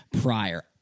prior